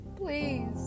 Please